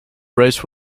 race